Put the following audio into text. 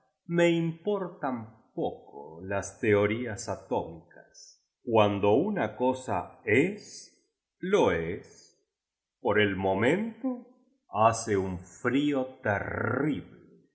me importan poco las teorías atómicas guando una cosa es lo es por el momento hace un frío terrible